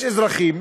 יש אזרחים,